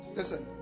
Listen